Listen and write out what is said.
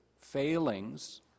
failings